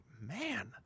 man